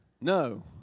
No